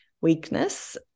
weakness